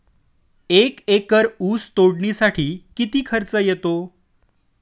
एक एकर ऊस तोडणीसाठी किती खर्च येतो?